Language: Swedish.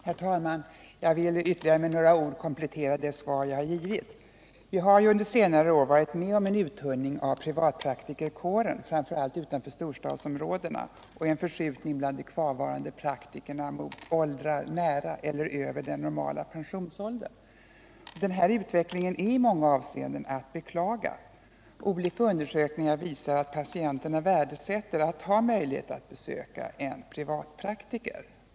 Herr talman! Jag vill med ytterligare ett par ord komplettera det svar jag har givit. Vi har ju under senare år varit med om en uttunning av privatpraktikerkåren, framför allt utanför storstadsområdena, och en förskjutning bland de kvarvarande praktikerna mot åldrar nära eller över den normala pensionsåldern. Den här utvecklingen är i många avseenden att beklaga. Olika undersökningar visar att patienterna värdesätter att ha möjligheter att besöka en privatpraktiker.